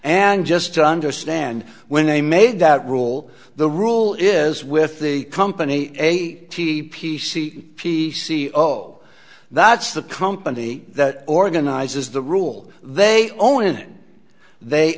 and just to understand when they made that rule the rule is with the company a t p c p c o that's the company that organizes the rule they own it they